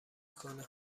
کنه